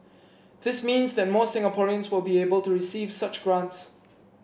this means that more Singaporeans will be able to receive such grants